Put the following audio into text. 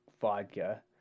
vodka